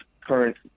current